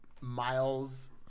miles